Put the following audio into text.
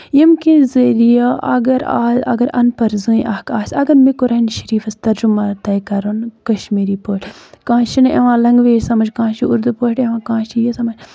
ییٚمہِ کہِ ذٔریعہٕ اَگر اگر ان پَر اکھ زٔنۍ اکھ آسہِ اَگر مےٚ قۄانہِ شٔریٖفَس ترجُمہ تَگہِ کرُن کَشمیٖرِی پٲٹھۍ کٲنسہِ چھِنہٕ یِوان لیگویج سَمجھ کٲنٛسہِ چھُ اُردوٗ پٲٹھۍ یوان کانٛہہ چیٖز سَمجھ